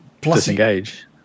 disengage